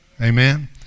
amen